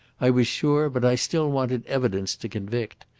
i was sure, but i still wanted evidence to convict.